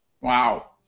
Wow